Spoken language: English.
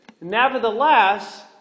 Nevertheless